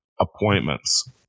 appointments